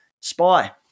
Spy